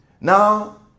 Now